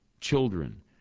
children